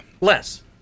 less